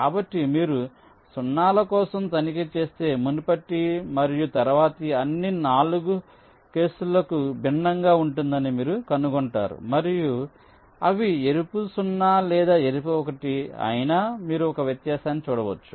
కాబట్టి మీరు సున్నాల కోసం తనిఖీ చేస్తే మునుపటి మరియు తరువాతి అన్ని 4 కేసులకు భిన్నంగా ఉంటుందని మీరు కనుగొంటారు మరియు అవి ఎరుపు 0 లేదా ఎరుపు 1 అయినా మీరు ఒక వ్యత్యాసాన్ని చూడవచ్చు